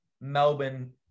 Melbourne